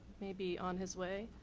maybe on his way